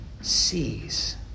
sees